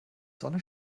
sonne